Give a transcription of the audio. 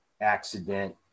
accident